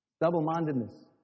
Double-mindedness